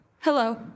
Hello